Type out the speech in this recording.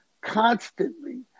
constantly